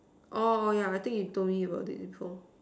orh yeah I think you told me about it before